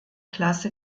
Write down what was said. klasse